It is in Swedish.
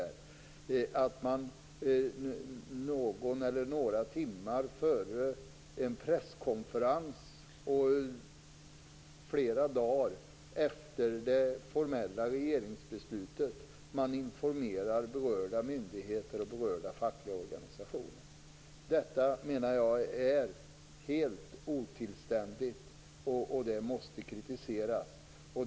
Regeringen informerar berörda myndigheter och berörda fackliga organisationer någon eller några timmar före en presskonferens och flera dagar efter det formella regeringsbeslutet. Jag menar att det är helt otillständigt, och det måste kritiseras.